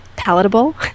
palatable